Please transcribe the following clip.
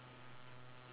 ya